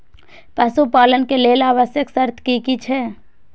पशु पालन के लेल आवश्यक शर्त की की छै?